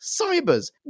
Cybers